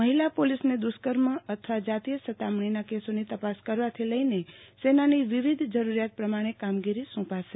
મહિલા પોલીસને દુષ્કર્મ અથવા જાતીય સતામણીના કેસોની તપાસ કરવાથી લઇને સેનાની વિવિધ જરૂરિયાત પ્રમાણે કામગીરી સોંપાશે